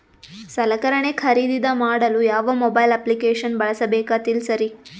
ಸಲಕರಣೆ ಖರದಿದ ಮಾಡಲು ಯಾವ ಮೊಬೈಲ್ ಅಪ್ಲಿಕೇಶನ್ ಬಳಸಬೇಕ ತಿಲ್ಸರಿ?